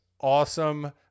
Awesome